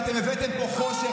ואתם הבאתם פה חושך,